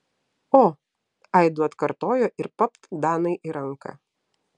o aidu atkartojo ir papt danai į ranką